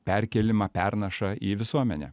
perkėlimą pernašą į visuomenę